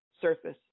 surface